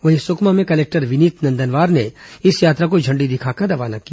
वहीं सुकमा में कलेक्टर विनीत नंदनवार ने इस यात्रा को झण्डी दिखाकर रवाना किया